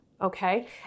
Okay